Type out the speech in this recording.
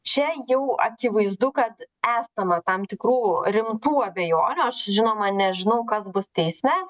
čia jau akivaizdu kad esama tam tikrų rimtų abejonių aš žinoma nežinau kas bus teisme